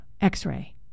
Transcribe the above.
x-ray